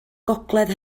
gogledd